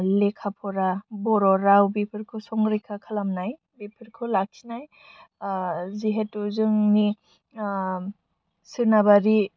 लेखा फरा बर' राव बिफोरखौ संरैखा खालामनाय बिफोरखौ लाखिनाय जिहेतु जोंनि सोनाबारि